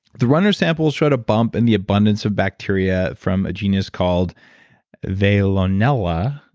the runner samples showed a bump in the abundance of bacteria from a genus called veillonella,